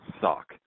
suck